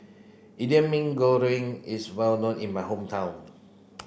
Indian Mee Goreng is well known in my hometown